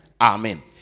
Amen